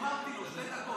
אדוני, שלוש דקות